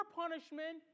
punishment